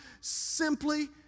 simply